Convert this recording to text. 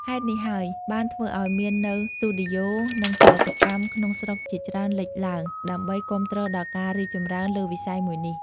ហេតុនេះហើយបានធ្វើអោយមាននូវ ស្ទូឌីយោ និងផលិតកម្មក្នុងស្រុកជាច្រើនលេចឡើង ដើម្បីគាំទ្រដល់ការរីកចម្រើនលើវិស័យមួយនេះ។